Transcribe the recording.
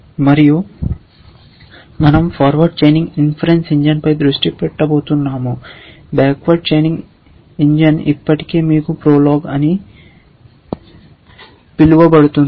మరియు మనం forward chaining inference ఇంజిన్పై దృష్టి పెట్టబోతున్నాము బ్యాక్వర్డ్ చైనింగ్ ఇంజిన్ ఇప్పటికే మీకు PROLOG అని పిలువబడుతుంది